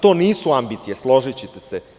To nisu ambicije, složićete se.